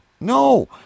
No